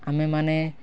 ଆମେମାନେ